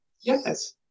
Yes